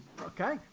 Okay